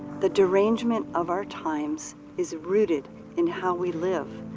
the derangement of our times is rooted in how we live.